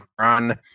run